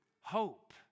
hope